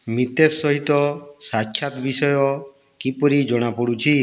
ମିତେଶ ସହିତ ସାକ୍ଷାତ ବିଷୟ କିପରି ଜଣାପଡ଼ୁଛି